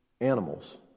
animals